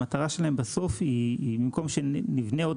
המטרה שלהם בסוף היא שבמקום שנבנה עוד